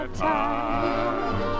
time